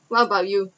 what about you